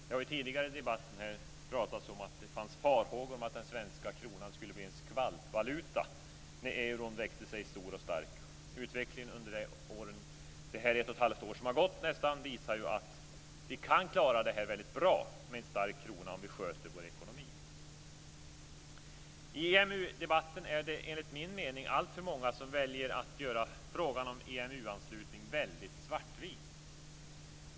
Det har tidigare i debatten pratats om att det fanns farhågor om att den svenska kronan skulle bli en skvalpvaluta när euron växte sig stor och stark. Utvecklingen under de nästan ett och ett halvt år som har gått visar ju att vi kan klara det här väldigt bra med en stark krona om vi sköter vår ekonomi. I EMU-debatten är det enligt min mening alltför många som väljer att göra frågan om anslutning väldigt svartvit.